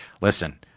listen –